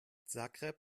zagreb